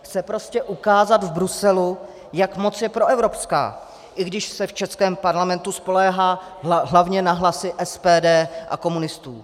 Chce prostě ukázat v Bruselu, jak moc je proevropská, i když se v českém parlamentu spoléhá hlavně na hlasy SPD a komunistů.